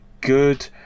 good